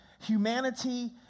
humanity